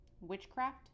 Witchcraft